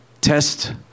test